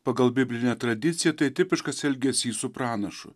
pagal biblinę tradiciją tai tipiškas elgesys su pranašu